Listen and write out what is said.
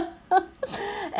and